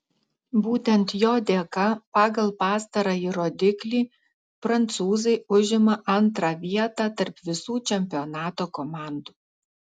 būtent jo dėka pagal pastarąjį rodiklį prancūzai užima antrą vietą tarp visų čempionato komandų